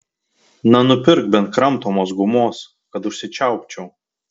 na nupirk bent kramtomos gumos kad užsičiaupčiau